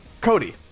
Cody